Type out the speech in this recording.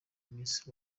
miss